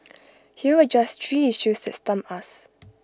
here are just three issues that stump us